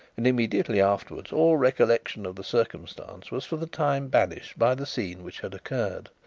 and immediately afterwards all recollection of the circumstance was for the time banished by the scene which had occurred.